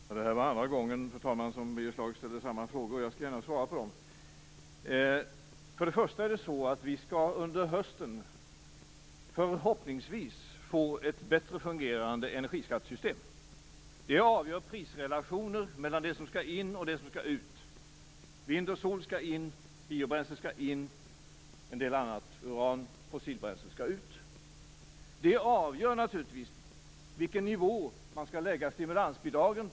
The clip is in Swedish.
Fru talman! Det här var andra gången som Birger Schlaug ställde samma frågor. Jag skall gärna svara på dem. För det första skall vi under hösten förhoppningsvis få ett bättre fungerande energiskattesystem. Det avgör prisrelationer mellan det som skall in och det som skall ut. Vind och sol samt biobränslen skall in, och en del annat - uran och fossilbränslen - skall ut. Det avgör naturligtvis på vilken nivå man skall lägga stimulansbidragen.